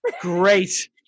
Great